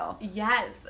Yes